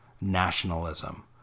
nationalism